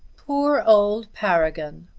poor old paragon!